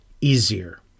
easier